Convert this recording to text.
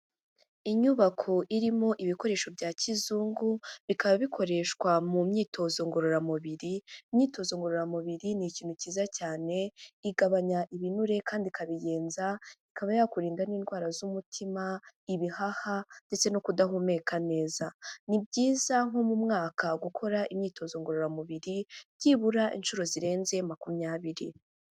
Inyubako irimo ibikoresho bya kizungu bikaba bikoreshwa mu myitozo ngororamubiri, imyitozo ngororamubiri ni ikintu kiza cyane, igabanya ibinure kandi ikabigenza, ikaba yakurinda n'indwara z'umutima, ibihaha ndetse no kudahumeka neza, ni byiza nko mu mwaka gukora imyitozo ngororamubiri byibura inshuro zirenze makumyabiri.